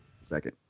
Second